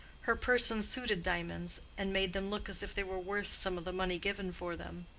her person suited diamonds, and made them look as if they were worth some of the money given for them.